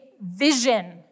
vision